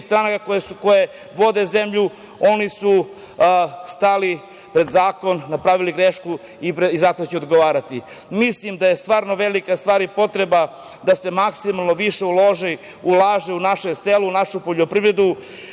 stranaka koje vode zemlju, oni su stali pred zakon, napravili grešku i zato će odgovarati. Mislim da je stvarno velika stvar i potreba da se maksimalno više ulaže u naše selo, našu poljoprivredu,